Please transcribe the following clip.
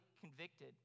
convicted